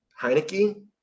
Heineke